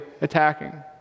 attacking